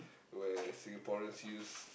where Singaporeans use